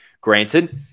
Granted